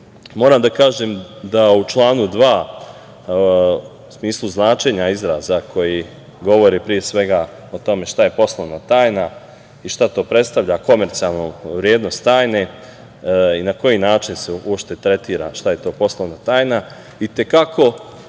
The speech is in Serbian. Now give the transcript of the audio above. moram da kažem da u članu 2. u smislu značenja izraza koji govore, pre svega o tome šta je poslovna tajna i šta to predstavlja komercijalnu vrednost tajne i na koji način se uopšte tretira šta je to poslovna tajna i te kako